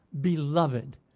beloved